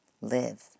live